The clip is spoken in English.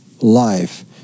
life